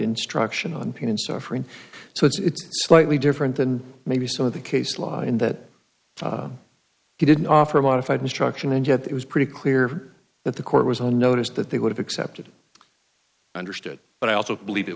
instruction on pain and suffering so it's slightly different than maybe some of the case law in that he didn't offer a modified instruction and yet it was pretty clear that the court was on notice that they would have accepted understood but i also believe